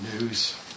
news